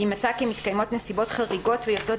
אם מצא כי מתקיימות נסיבות חריגות ויוצאות